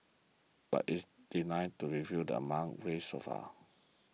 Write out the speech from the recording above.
but it's declined to reveal amount raised so far